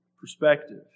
perspective